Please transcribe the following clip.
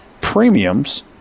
premiums